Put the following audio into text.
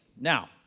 Now